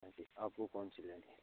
हाँ जी आपको कौनसी लेनी है